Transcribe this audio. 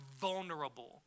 vulnerable